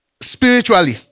spiritually